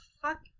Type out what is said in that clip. fuck